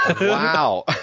wow